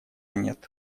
нет